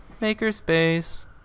Makerspace